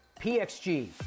PXG